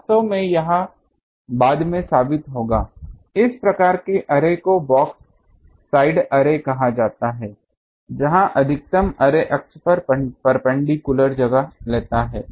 वास्तव में यह बाद में साबित होगा इस प्रकार के अर्रे को बॉक्स साइड अर्रे कहा जाता है जहां अधिकतम अर्रे अक्ष पर परपेंडिकुलर जगह लेता है